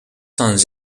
sons